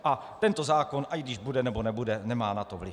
A tento zákon, když bude, nebo nebude, nemá na to vliv.